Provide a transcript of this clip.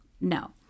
No